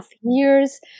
years